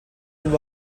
and